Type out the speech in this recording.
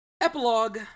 Epilogue